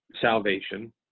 salvation